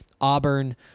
Auburn